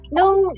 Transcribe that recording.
Nung